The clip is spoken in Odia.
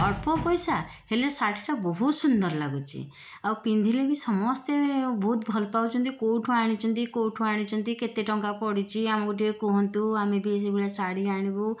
ଅଳ୍ପ ପଇସା ହେଲେ ଶାଢ଼ୀଟା ବହୁତ ସୁନ୍ଦର ଲାଗୁଛି ଆଉ ପିନ୍ଧିଲେ ବି ସମସ୍ତେ ବହୁତ ଭଲ ପାଉଛନ୍ତି କେଉଁଠୁ ଆଣିଛନ୍ତି କେଉଁଠୁ ଆଣିଛନ୍ତି କେତେ ଟଙ୍କା ପଡ଼ିଛି ଆମକୁ ଟିକେ କୁହନ୍ତୁ ଆମେ ବି ସେ ଭଳିଆ ଶାଢ଼ୀ ଆଣିବୁ